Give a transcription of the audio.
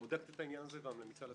שבודקת את העניין הזה וממליצה לשרים.